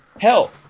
hell